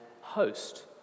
host